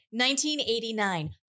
1989